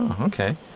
Okay